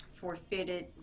forfeited